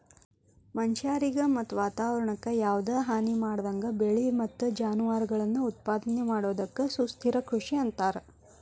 ಮನಷ್ಯಾರಿಗೆ ಮತ್ತ ವಾತವರಣಕ್ಕ ಯಾವದ ಹಾನಿಮಾಡದಂಗ ಬೆಳಿ ಮತ್ತ ಜಾನುವಾರಗಳನ್ನ ಉತ್ಪಾದನೆ ಮಾಡೋದಕ್ಕ ಸುಸ್ಥಿರ ಕೃಷಿ ಅಂತಾರ